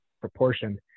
proportion